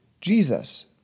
Jesus